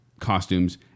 costumes